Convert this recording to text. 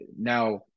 now